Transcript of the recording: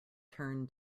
turn